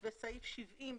ואת סעיף 70,